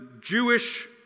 Jewish